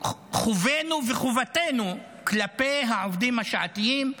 חובנו וחובתנו כלפי העובדים השעתיים,